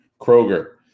Kroger